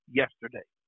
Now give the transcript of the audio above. yesterday